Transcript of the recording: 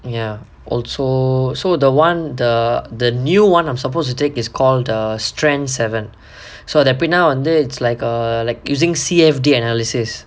ya also so the [one] the the new one I'm supposed to take is called the strength seven so அது எப்படின்னா வந்து:athu eppadinaa vanthu err like using C_F_D analysis